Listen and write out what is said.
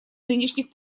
нынешних